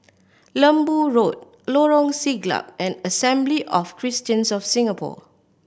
Lembu Road Lorong Siglap and Assembly of Christians of Singapore